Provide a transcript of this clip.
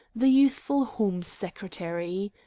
the youthful horne secretary.